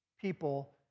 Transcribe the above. people